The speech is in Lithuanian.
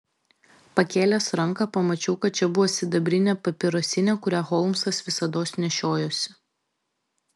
pakėlęs ranką pamačiau kad čia buvo sidabrinė papirosinė kurią holmsas visados nešiojosi